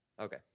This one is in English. Okay